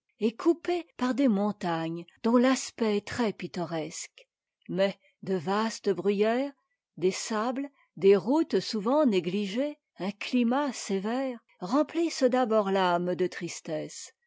et coupé par des montagnes dont l'aspect est trèspittoresque mais de vastes bruyères des sables des routes souvent négligées un climat sévère remplissent d'abord l'aime de tristesse